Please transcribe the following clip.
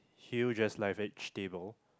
hill just leverage table